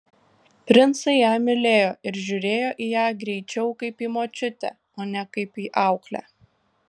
princai ją mylėjo ir žiūrėjo į ją greičiau kaip į močiutę o ne kaip į auklę